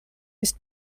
ist